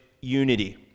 unity